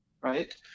right